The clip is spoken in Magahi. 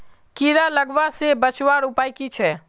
कीड़ा लगवा से बचवार उपाय की छे?